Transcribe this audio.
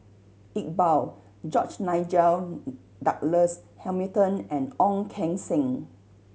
Iqbal George Nigel Douglas Hamilton and Ong Keng Sen